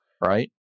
right